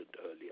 earlier